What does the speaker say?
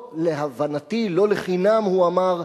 להבנתי, לא לחינם הוא אמר: